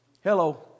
Hello